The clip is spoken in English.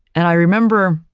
and i remember,